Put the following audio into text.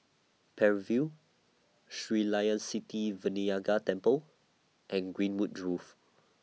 Parry View Sri Layan Sithi Vinayagar Temple and Greenwood Grove